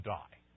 die